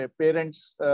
parents